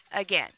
again